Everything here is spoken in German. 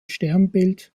sternbild